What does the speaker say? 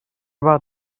about